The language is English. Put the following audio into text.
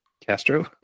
Castro